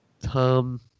Tom